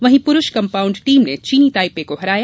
वहीं पुरूष compound team ने चीनी ताइपे को हराया